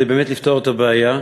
כדי לפתור את הבעיה.